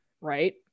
Right